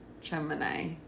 gemini